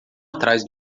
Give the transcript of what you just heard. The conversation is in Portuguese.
atrás